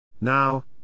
Now